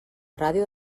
ràdio